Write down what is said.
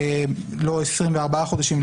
לא 24 חודשים,